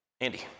Andy